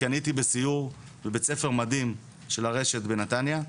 כי אני הייתי בסיור בבית ספר מדהים של הרשת בנתניה,